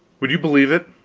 would you believe it?